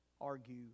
argue